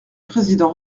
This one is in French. président